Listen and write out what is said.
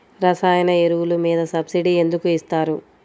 రసాయన ఎరువులు మీద సబ్సిడీ ఎందుకు ఇస్తారు?